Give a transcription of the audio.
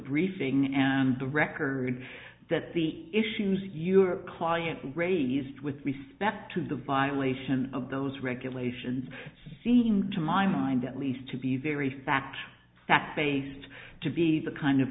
briefing and the record that the issues your client raised with respect to the violation of those regulations seem to my mind at least to be very fact that's based to be the kind of